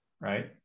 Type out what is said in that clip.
right